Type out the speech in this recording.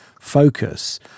focus